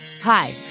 Hi